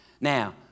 Now